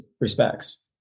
respects